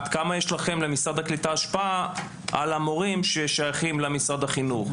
עד כמה יש למשרד הקליטה השפעה על המורים ששייכים למשרד החינוך?